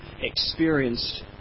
experienced